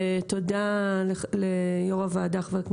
תודה ליושב ראש הוועדה,